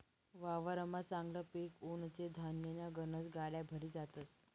वावरमा चांगलं पिक उनं ते धान्यन्या गनज गाड्या भरी जातस